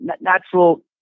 natural